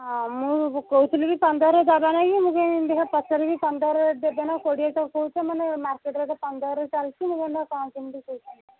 ହଁ ମୁଁ କହୁଥିଲି କି ପନ୍ଦରରେ ଦେବା ନାଇଁ କି ମୁଁ କହିନି ଦେଖିଆ ପଚାରିକି ପନ୍ଦରରେ ଦେବେ ନା କୋଡ଼ିଏଟା କହିଚି ମାନେ ମାର୍କେଟରେ ଏବେ ପନ୍ଦରରେ ଚାଲିଛି ମୁଁ କହିନି ଦେଖିଆ କଣ କେମିତି କହୁଛନ୍ତି